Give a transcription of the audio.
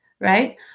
right